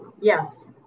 Yes